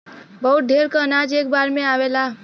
बहुत ढेर क अनाज एक बार में आवेला